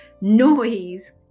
noise